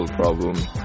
problem